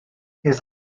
his